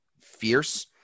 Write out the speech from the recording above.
fierce